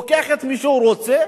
לוקח את מי שהוא רוצה,